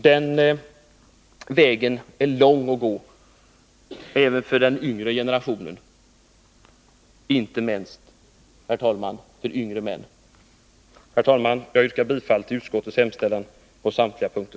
Den vägen är lång att gå, även för den yngre generationen — inte minst för yngre män. Herr talman! Jag yrkar bifall till utskottets hemställan på samtliga punkter.